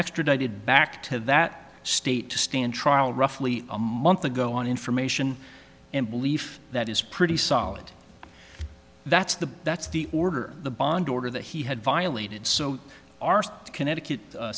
extradited back to that state to stand trial roughly a month ago on information and belief that is pretty solid that's the that's the order the bond order that he had violated so arced connecticut